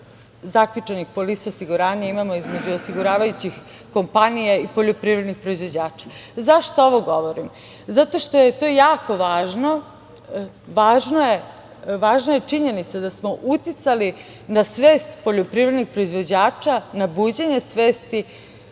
zaključenih polisa osiguranja imamo između osiguravajućih kompanija i poljoprivrednih proizvođača. Zašto ovo govorim? Zato što je to jako važno. Važno je činjenica da smo uticali na svest poljoprivrednih proizvođača, na buđenje svesti